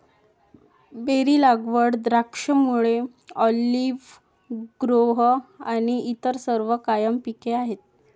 berry लागवड, द्राक्षमळे, olive grove आणि इतर सर्व कायम पिके आहेत